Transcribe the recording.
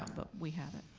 um but we have it.